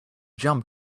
jump